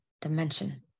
dimension